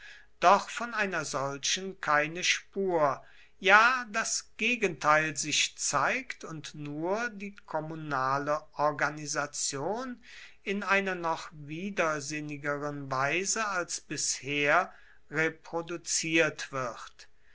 doch von einer solchen keine spur ja das gegenteil sich zeigt und nur die kommunale organisation in einer noch widersinnigeren weise als bisher reproduziert wird